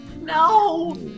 No